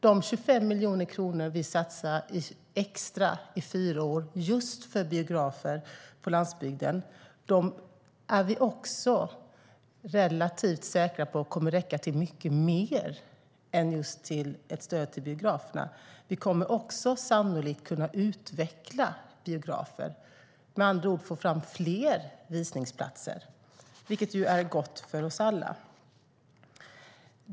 De 25 miljoner kronor extra vi satsar i fyra år just på biografer på landsbygden är vi relativt säkra på kommer att räcka till mycket mer än just stöd till biograferna. Vi kommer sannolikt också att kunna utveckla biografer, med andra ord få fram fler visningsplatser, vilket ju är bra för oss alla.